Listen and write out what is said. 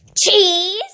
Cheese